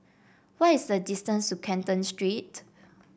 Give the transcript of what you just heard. what is the distance to Canton Street